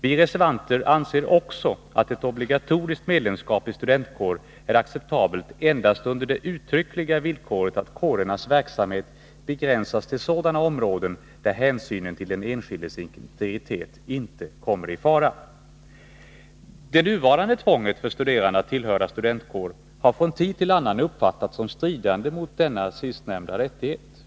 Vi reservanter anser också att ett obligato riskt medlemskap i studentkår är acceptabelt endast under det uttryckliga villkoret att kårernas verksamhet begränsas till sådana områden där hänsynen till den enskildes integritet inte kommer i fara. Det nuvarande tvånget för studerande att tillhöra studentkår har från tid till annan uppfattats som stridande mot denna sistnämnda rättighet.